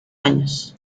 años